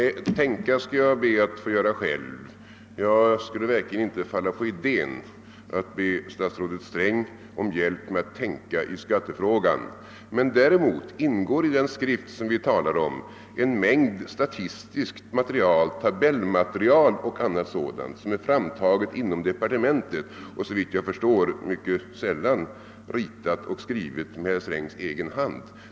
Herr talman! Tänka skall jag be att få göra själv — jag skulle verkligen inte komma på den idén att be statsrådet Sträng om hjälp med att tänka i skattefrågan. I den skrift vi talar om ingår emellertid en mängd statistiskt material, tabellmaterial och annat sådant, som är framtaget inom departementet och såvitt jag förstår mycket sällan ritat och skrivet med herr Strängs egen hand.